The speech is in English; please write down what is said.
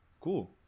Cool